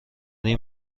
این